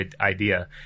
idea